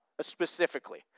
specifically